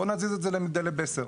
בואו נזיז את זה למגדלי בסר.